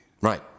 right